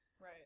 Right